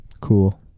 Cool